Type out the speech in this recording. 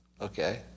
okay